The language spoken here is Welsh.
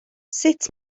sut